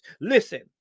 Listen